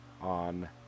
on